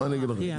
מה אני אגיד לכם.